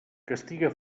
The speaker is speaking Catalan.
castiga